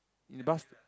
near the bus